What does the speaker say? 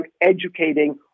educating